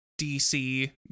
dc